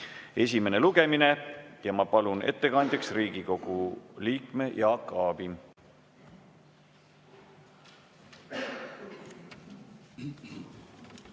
esimene lugemine. Ma palun ettekandjaks Riigikogu liikme Jaak Aabi.